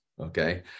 Okay